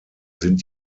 sind